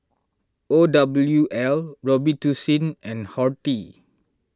O W L Robitussin and Horti